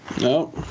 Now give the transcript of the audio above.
No